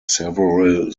several